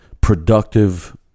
productive